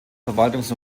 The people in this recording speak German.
verwaltungs